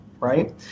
right